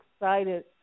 excited